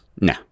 no